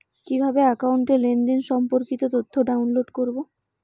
কিভাবে একাউন্টের লেনদেন সম্পর্কিত তথ্য ডাউনলোড করবো?